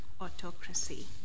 autocracy